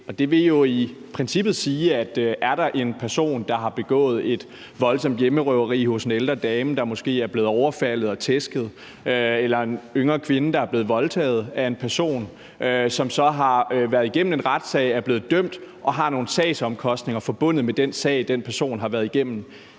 det vil jo i princippet gælde en person, der har begået et voldsomt hjemmerøveri hos en ældre dame, der måske er blevet overfaldet og tæsket, eller en yngre kvinde, der er blevet voldtaget af en person, som så har været igennem en retssag og er blevet dømt og har nogle sagsomkostninger forbundet med den sag, som den person har været igennem.